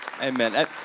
Amen